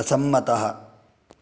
असम्मतः